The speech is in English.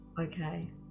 Okay